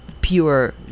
pure